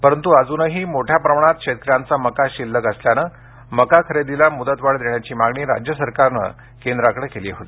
परंतु अजूनही मोठ्या प्रमाणात शेतकऱ्यांचा मका शिल्लक असल्याने मका खरेदीला मुदत वाढ देण्याची मागणी राज्य सरकारने केंद्राकडे केली होती